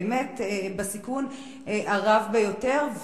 באמת בסיכון הרב ביותר,